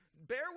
bear